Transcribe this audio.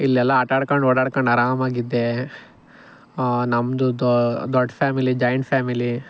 ಇಲ್ಲೆಲ್ಲ ಆಟಾಡ್ಕೊಂಡು ಓಡಾಡ್ಕೊಂಡು ಆರಾಮಾಗಿ ಇದ್ದೆ ಹ್ಞೂ ನಮ್ಮದು ದೊಡ್ಡ ಫ್ಯಾಮಿಲಿ ಜೊಯಿಂಟ್ ಫ್ಯಾಮಿಲಿ